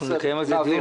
אנחנו נקיים על זה דיון,